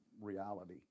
reality